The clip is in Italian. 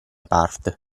parte